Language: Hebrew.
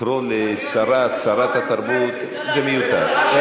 לקרוא לשרה "צרת התרבות" זה מיותר.